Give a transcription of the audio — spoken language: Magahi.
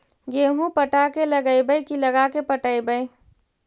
गेहूं पटा के लगइबै की लगा के पटइबै?